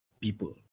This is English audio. people